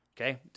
Okay